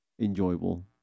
enjoyable